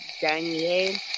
Daniel